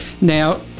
Now